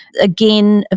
again,